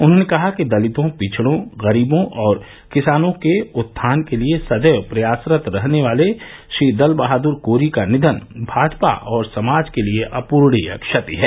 उन्होंने कहा कि दलितों पिछड़ों गरीबों और किसानों के उत्थान के लिये सदैव प्रयासरत रहने वाले श्री दल बहादुर कोरी का निधन भाजपा और समाज के लिये अपूरणीय क्षति है